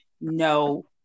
no